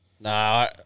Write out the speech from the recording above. no